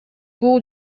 бул